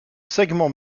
segment